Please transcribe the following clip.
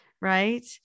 Right